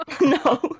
No